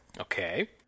okay